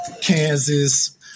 Kansas